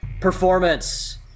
Performance